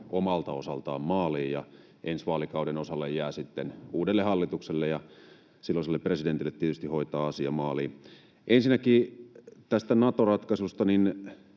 omalta osaltaan, ja ensi vaalikauden osalle jää sitten tietysti uudelle hallitukselle ja silloiselle presidentille hoitaa asia maaliin. Ensinnäkin tästä Nato-ratkaisusta.